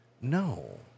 No